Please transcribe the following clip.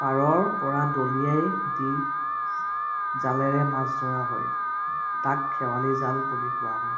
পাৰৰপৰা দলিয়াই দি জালৰে মাছ ধৰা হয় তাক খেৱালী জাল বুলি কোৱা হয়